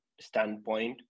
standpoint